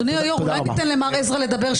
אדוני היו"ר, אולי תיתן למר עזרא לדבר?